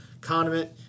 condiment